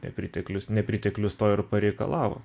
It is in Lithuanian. nepriteklius nepriteklius to ir pareikalavo